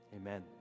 Amen